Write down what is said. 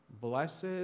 Blessed